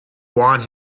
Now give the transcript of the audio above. want